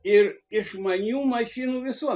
ir išmanių mašinų visuom